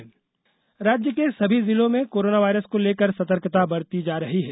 corona जिले राज्य के सभी जिलों में भी कोरोना वायरस को लेकर सतर्कता बरती जा रही है